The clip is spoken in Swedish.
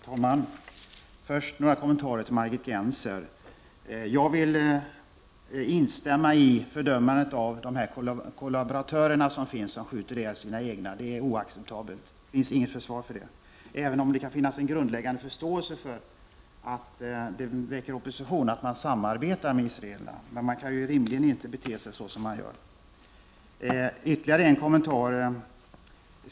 Herr talman! Först några kommentarer till Margit Gennser. Jag instämmer i fördömandet av att man skjuter ihjäl kollaboratörer. Det är oacceptabelt. Det finns alltså inte något försvar för ett sådant handlande — även om jag har förståelse för att det väcker opposition att man samarbetar med israelerna. Men rimligen kan man inte bete sig som man tydligen gör.